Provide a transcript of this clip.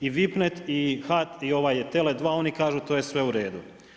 I VIPnet i Tele2, oni kažu to je sve u redu.